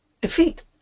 defeat